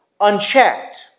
unchecked